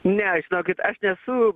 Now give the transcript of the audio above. ne žinokit aš nesu